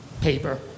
paper